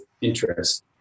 interest